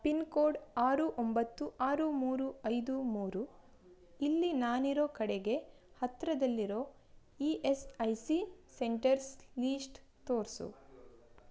pin code ಆರು ಒಂಬತ್ತು ಆರು ಮೂರು ಐದು ಮೂರು ಇಲ್ಲಿ ನಾನಿರೋ ಕಡೆಗೆ ಹತ್ರದಲ್ಲಿರೊ E S I C centres list ತೋರಿಸು